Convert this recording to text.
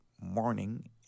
morning